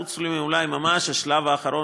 חוץ אולי ממש השלב האחרון,